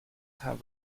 have